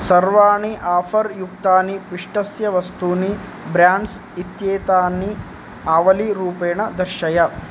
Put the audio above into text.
सर्वाणि आफ़र् युक्तानि पिष्टस्य वस्तूनि ब्रेण्ड्स् इत्येतानि आवलीरूपेण दर्शय